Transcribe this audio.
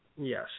Yes